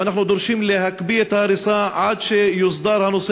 ואנחנו דורשים להקפיא את ההריסה עד שיוסדר הנושא